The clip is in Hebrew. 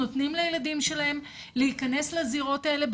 נותנים לילדים שלהם להיכנס לזירות האלה,